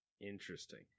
Interesting